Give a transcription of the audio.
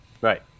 right